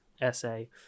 essay